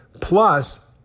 plus